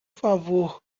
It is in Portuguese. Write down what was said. favor